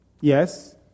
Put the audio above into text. Yes